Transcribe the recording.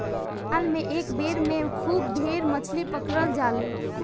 जाल से एक बेर में खूब ढेर मछरी पकड़ा जाले